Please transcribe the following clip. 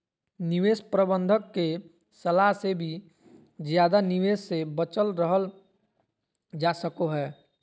निवेश प्रबंधक के सलाह से भी ज्यादा निवेश से बचल रहल जा सको हय